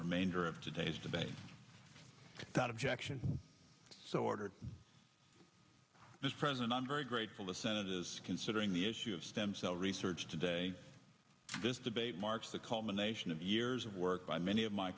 remainder of today's debate that objection so ordered is present i'm very grateful the senate is considering the issue of stem cell research today this debate marks the culmination of years of work by many of my